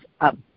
up